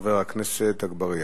חבר הכנסת עפו אגבאריה.